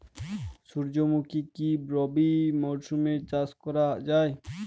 সুর্যমুখী কি রবি মরশুমে চাষ করা যায়?